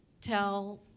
tell